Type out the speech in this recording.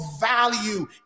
value